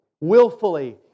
willfully